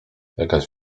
jakaś